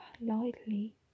lightly